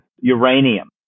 uranium